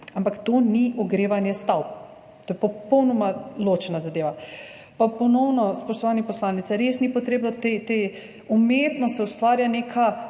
ampak to ni ogrevanje stavb. To je popolnoma ločena zadeva. Pa ponovno, spoštovani poslanec, res ni potrebno, umetno se ustvarja nek